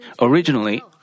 Originally